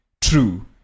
true